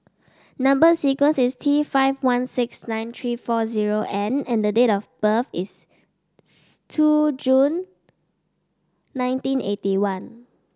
number sequence is T five one six nine three four zero N and the date of birth is two June nineteen eighty one